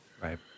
right